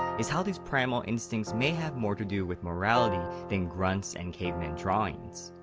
is how these primal instincts may have more to do with morality than grunts and cavemen drawings.